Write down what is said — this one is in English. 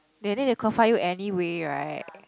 then they confine you anyway right